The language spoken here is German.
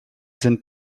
sind